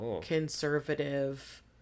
conservative